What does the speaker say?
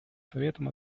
советом